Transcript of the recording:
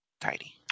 tidy